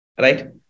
Right